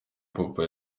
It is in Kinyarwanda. papa